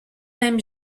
même